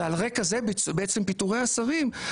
ועל רקע זה בעצם פיטורי השרים,